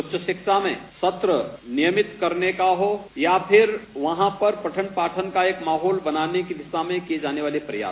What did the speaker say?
उच्च शिक्षा में सत्र नियमित करने का हो या फिर वहां पर पठन पाठन का एक माहोल बनने की दिशा में किये जाने वाले प्रयास